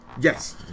Yes